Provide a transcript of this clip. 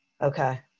Okay